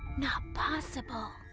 not possible!